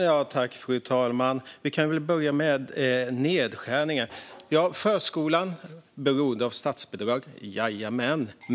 Fru talman! Vi kan väl börja med nedskärningarna. Förskolan är beroende av statsbidrag - jajamän.